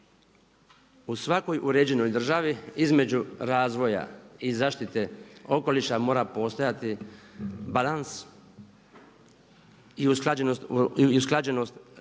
U svakoj uređenoj državi između razvoja i zaštite okoliša mora postojati balans i usklađenost kako